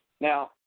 Now